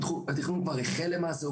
התכנון כבר החל למעשה,